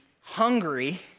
hungry